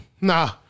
nah